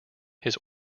his